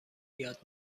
یاد